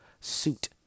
suit